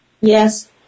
Yes